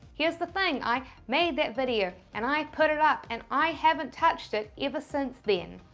here's the thing, i made that video and i put it up and i haven't touched it ever since then.